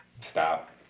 stop